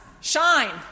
Shine